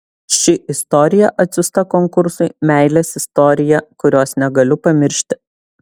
ši istorija atsiųsta konkursui meilės istorija kurios negaliu pamiršti